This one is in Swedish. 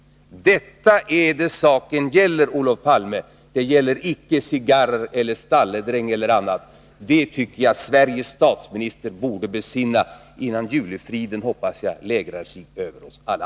Det är detta saken gäller, Olof Palme. Det gäller icke cigarrer, stalledräng eller något sådant. Det tycker jag att Sveriges statsminister borde besinna, innan julefriden — hoppas jag — lägrar sig över oss alla.